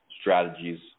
strategies